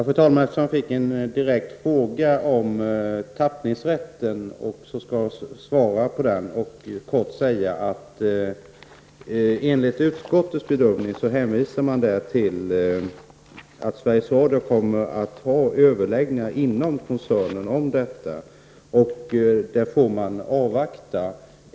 Fru talman! Eftersom som jag fick en direkt fråga om tappningsrätten skall jag svara på den. Utskottet hänvisar till att Sveriges Radio kommer att ha överläggningar inom koncernen om tappningssystemet, och därför får vi avvakta.